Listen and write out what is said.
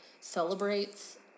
celebrates